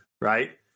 Right